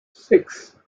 six